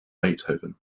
beethoven